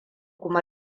kuma